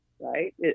right